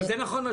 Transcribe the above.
חה"כ גפני,